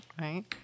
right